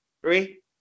Three